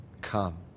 come